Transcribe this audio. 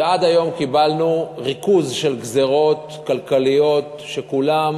ועד היום קיבלנו ריכוז של גזירות כלכליות שכולן